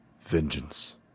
vengeance